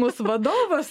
mus vadovas